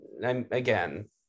again